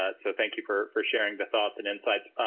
ah so thank you for for sharing the thoughts and insights.